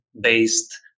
based